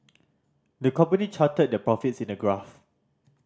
the company charted their profits in a graph